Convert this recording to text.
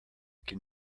can